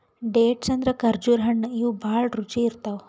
dates ಅಂದ್ರ ಖರ್ಜುರ್ ಹಣ್ಣ್ ಇವ್ ಭಾಳ್ ರುಚಿ ಇರ್ತವ್